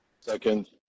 Second